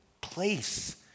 place